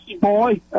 Boy